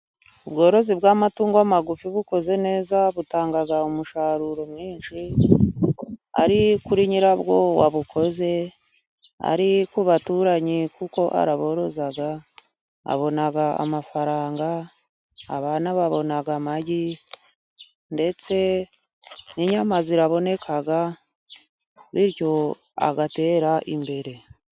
Ubworozi bw'amatungo magufi bukoze neza, butanga umusaruro mwinshi, ari kuri nyirabwo wabukoze, ari ku baturanye kuko araboroza, abona amafaranga ,abana babona amagi, ndetse n'inyama ziraboneka bityo agatera imbere.